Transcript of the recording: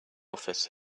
office